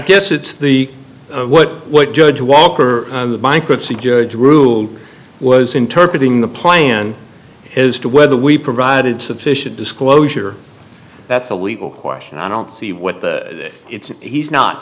guess it's the what what judge walker the bankruptcy judge ruled was interpreted in the plan as to whether we provided sufficient disclosure that's a legal question i don't see what that it's he's not